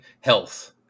health